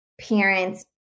parents